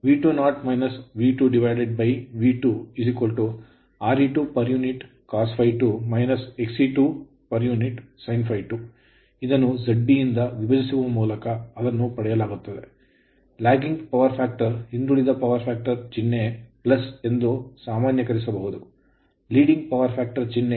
V2 Re2 cos ∅2- Xe2 sin∅2 ಇದನ್ನು ZB ಯಿಂದ ವಿಭಜಿಸುವ ಮೂಲಕ ಅದನ್ನು ಪಡೆಯಲಾಗುತ್ತದೆ lagging power factor ಹಿಂದುಳಿದ ಪವರ್ ಫ್ಯಾಕ್ಟರ್ ಚಿಹ್ನೆ ಎಂದು ಸಾಮಾನ್ಯೀಕರಿಸಬಹುದು ಲೀಡಿಂಗ್ ಪವರ್ ಫ್ಯಾಕ್ಟರ್ ಚಿಹ್ನೆ